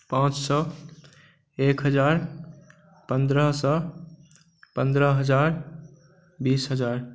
पाँच सए एक हजार पन्द्रह सए पन्द्रह हजार बीस हजार